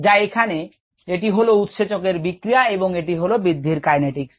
যা এখানে যেটি হল উৎসেচক এর বিক্রিয়া এবং এটি হল গ্রোথ কাইনেটিকস